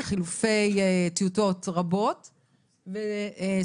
חילופי טיוטות רבות ושיח,